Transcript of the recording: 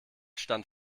stand